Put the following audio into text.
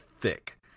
thick